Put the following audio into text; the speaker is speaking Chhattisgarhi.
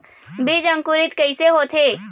बीज अंकुरित कैसे होथे?